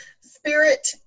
Spirit